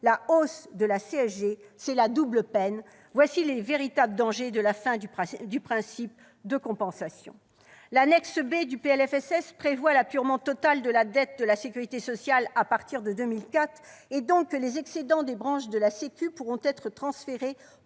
la hausse de la CSG ; c'est la double peine ! Voilà les véritables dangers de la fin du principe de compensation ! L'annexe B du PLFSS prévoit l'apurement total de la dette de la sécurité sociale à partir de 2024. Par conséquent, les excédents des branches de la sécurité sociale pourront être transférés